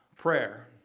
Prayer